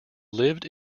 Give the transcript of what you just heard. lived